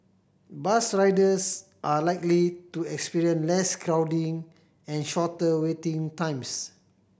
bus riders are likely to experience less crowding and shorter waiting times